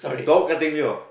stop cutting me off